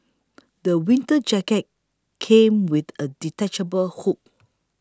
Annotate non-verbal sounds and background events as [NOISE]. [NOISE] the winter jacket came with a detachable hood